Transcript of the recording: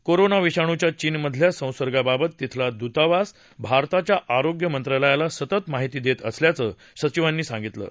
corona विषाणूच्या चीनमधल्या संसर्गाबद्दल तिथला दूतावास भारताच्या आरोग्य मंत्रालयाला सतत माहिती देत असल्याचं सचिवांनी सांगितलं आहे